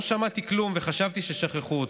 לא שמעתי כלום, וחשבתי ששכחו אותי.